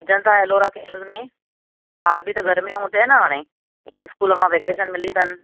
Ajanta Ellora cave में ॿार बि त घर में हूंद ई न हाणे इस्कूल मां वैकेशन मिली अथनि